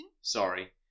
Sorry